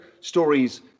stories